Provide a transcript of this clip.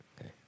Okay